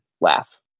laugh